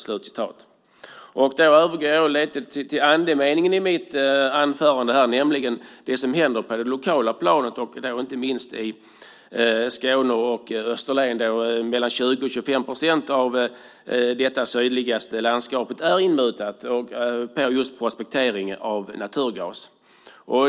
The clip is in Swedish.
Jag övergår då till andemeningen i mitt anförande, nämligen det som händer på det lokala planet, inte minst i Skåne och Österlen, där mellan 20 och 25 procent av detta vårt sydligaste landskap är inmutat för just prospektering av naturgas.